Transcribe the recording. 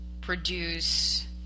produce